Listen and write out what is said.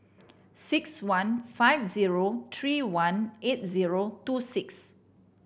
six one five zero three one eight zero two six